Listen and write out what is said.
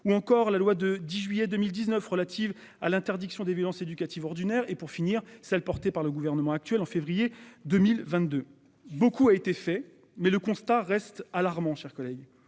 ou encore la loi de 10 juillet 2019 relatives à l'interdiction des violences éducatives ordinaires et pour finir, celle portée par le gouvernement actuel en février 2022, beaucoup a été fait. Mais le constat reste alarmant, chers collègues.